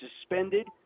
suspended